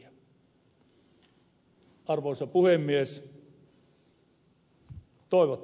arvoisa puhemies